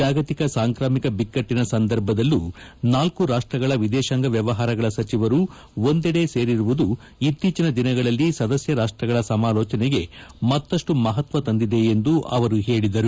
ಜಾಗತಿಕ ಸಾಂಕ್ರಾಮಿಕ ಬಿಕ್ಕಟ್ವೆನ ಸಂದರ್ಭದಲ್ಲೂ ನಾಲ್ಲು ರಾಷ್ಟಗಳ ವಿದೇಶಾಂಗ ವ್ಯವಹಾರಗಳ ಸಚಿವರು ಒಂದಡೆ ಸೇರಿರುವುದು ಇತ್ತೀಚಿನ ದಿನಗಳಲ್ಲಿ ಸದಸ್ಯ ರಾಷ್ವ ಗಳ ಸಮಾಲೋಚನೆಗೆ ಮತ್ತಷ್ಟು ಮಹತ್ವ ತಂದಿದೆ ಎಂದು ಅವರು ಹೇಳಿದರು